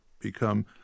become